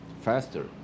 Faster